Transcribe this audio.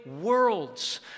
worlds